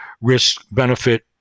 risk-benefit